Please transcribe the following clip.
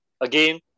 again